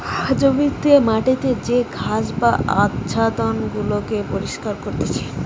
জমিতে মাটিতে যে ঘাস বা আচ্ছাদন গুলাকে পরিষ্কার করতিছে